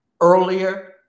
earlier